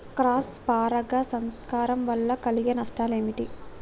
Cross పరాగ సంపర్కం వల్ల కలిగే నష్టాలు ఏమిటి?